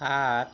সাত